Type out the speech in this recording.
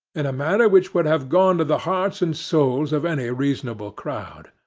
in a manner which would have gone to the hearts and souls of any reasonable crowd.